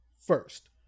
first